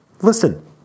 Listen